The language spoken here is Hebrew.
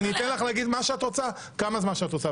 אני אתן לך להגיד מה שאת רוצה, כמה זמן שאת רוצה.